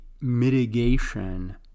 mitigation